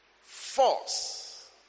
force